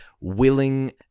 willing